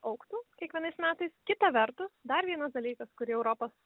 augtų kiekvienais metais kita vertus dar vienas dalykas kurį europos